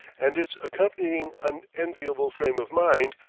and its accompanying unenviable frame of mind,